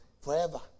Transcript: forever